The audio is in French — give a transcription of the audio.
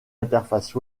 interface